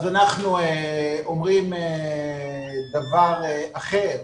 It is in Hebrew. אנחנו אומרים דבר אחר.